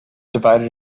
divided